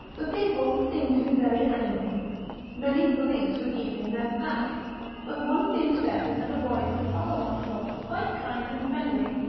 the people seemed to be very angry many police were keeping them back but one of the inspectors had a voice that oleron thought quite kind and friendly.